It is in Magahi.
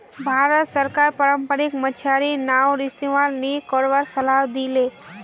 भारत सरकार पारम्परिक मछियारी नाउर इस्तमाल नी करवार सलाह दी ले